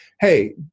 Hey